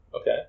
Okay